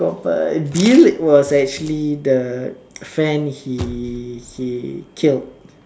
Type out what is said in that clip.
com~ Bill was actually the friend he he killed